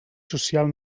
social